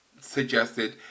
suggested